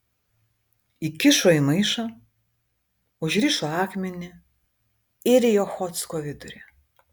įkišo į maišą užrišo akmenį ir į ochotsko vidurį